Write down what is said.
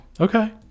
okay